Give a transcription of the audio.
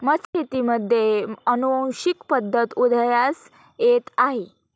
मत्स्यशेतीमध्ये अनुवांशिक पद्धत उदयास येत आहे